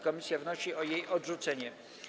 Komisja wnosi o jej odrzucenie.